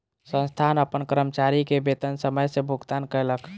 संस्थान अपन कर्मचारी के वेतन समय सॅ भुगतान कयलक